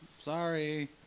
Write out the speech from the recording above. sorry